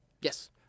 Yes